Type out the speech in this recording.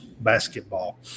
basketball